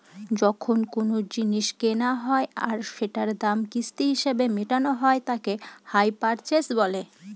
যখন কোনো জিনিস কেনা হয় আর সেটার দাম কিস্তি হিসেবে মেটানো হয় তাকে হাই পারচেস বলে